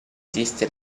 disse